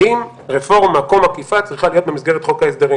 האם רפורמה כה מקיפה צריכה להיות במסגרת חוק ההסדרים.